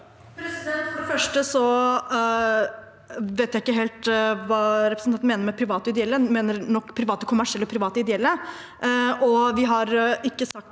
For det første vet jeg ikke helt hva representanten mener med private og ideelle – hun mener nok private kommersielle og private ideelle.